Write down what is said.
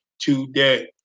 today